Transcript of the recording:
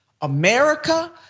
America